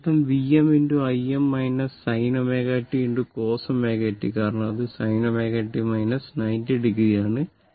അതിനർത്ഥം Vm Im sin ω t cos ωt കാരണം അത് sin ω t 90 o ആണ്